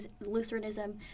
Lutheranism